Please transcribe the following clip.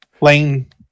lane